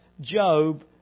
Job